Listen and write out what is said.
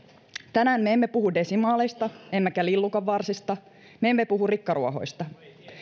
tänään me emme puhu desimaaleista emmekä lillukanvarsista me emme puhu rikkaruohoista